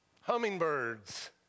Hummingbirds